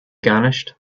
garnished